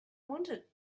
wanted